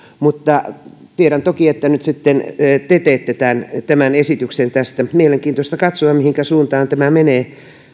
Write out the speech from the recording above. mutta tiedän toki että nyt te teette tämän tämän esityksen tästä mielenkiintoista katsoa mihinkä suuntaan tämä menee